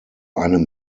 einem